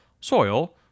soil